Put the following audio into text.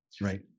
Right